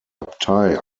abtei